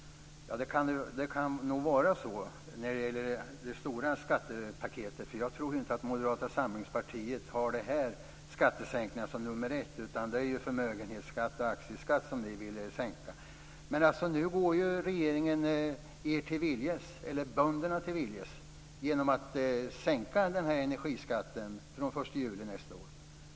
Det kan nog vara så när det gäller det stora skattepaketet. Jag tror inte att Moderata samlingspartiet har dessa skattesänkningar främst, utan ni vill sänka förmögenhets och aktieskatten. Nu går regeringen bönderna till viljes genom att sänka energiskatten den 1 juli nästa år.